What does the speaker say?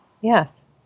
Yes